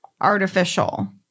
artificial